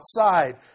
outside